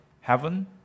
heaven